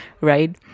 right